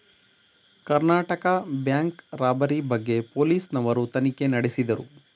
Karnataka bank robbery ಬಗ್ಗೆ police ನವರು ತನಿಖೆ ನಡೆಸಿದರು